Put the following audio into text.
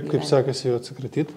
kaip sekasi jų atsikratyt